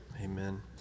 Amen